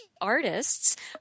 Artists